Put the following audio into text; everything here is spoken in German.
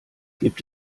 gibt